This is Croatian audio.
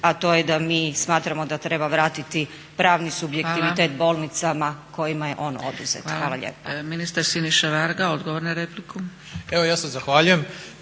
a to je da mi smatramo da treba vratiti pravni subjektivitet bolnicama kojima je on oduzet. Hvala lijepa.